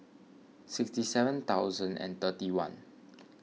sixty seven thousand and thirty one